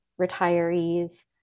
retirees